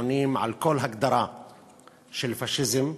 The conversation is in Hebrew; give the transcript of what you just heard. שעונים על כל הגדרה של פאשיזם.